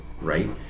right